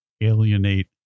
alienate